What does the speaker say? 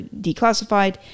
declassified